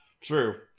True